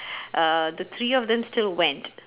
uh the three of them still went